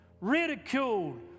ridiculed